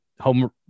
home